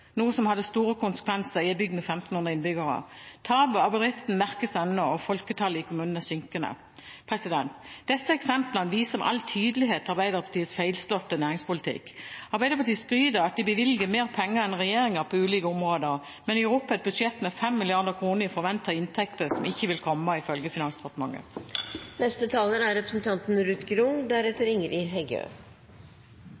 noe som hadde store konsekvenser i en bygd med 1 500 innbyggere. Tapet av bedriften merkes ennå, og folketallet i kommunen er synkende. Disse eksemplene viser med all tydelighet Arbeiderpartiets feilslåtte næringspolitikk. Arbeiderpartiet skryter av at de bevilger mer penger enn regjeringen på ulike områder, men gjør opp et budsjett med 5 mrd. kr i forventede inntekter som ikke vil komme, ifølge Finansdepartementet.